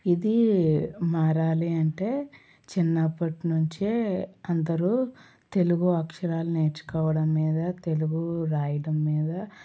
ఇది మారాలి అంటే చిన్నప్పటినుంచే అందరూ తెలుగు అక్షరాలు నేర్చుకోవడం మీద తెలుగు రాయడం మీద